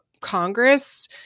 Congress